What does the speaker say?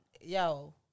Yo